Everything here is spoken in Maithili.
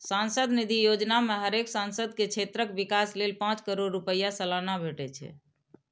सांसद निधि योजना मे हरेक सांसद के क्षेत्रक विकास लेल पांच करोड़ रुपैया सलाना भेटे छै